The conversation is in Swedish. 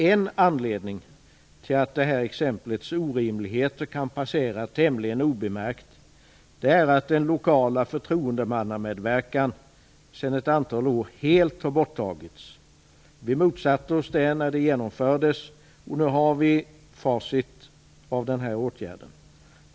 En anledning till att detta exempels orimligheter kan passera tämligen obemärkt är att den lokala förtroendemannamedverkan sedan ett antal år helt har borttagits. Vi motsatte oss det när det genomfördes, och nu har vi facit av den åtgärden.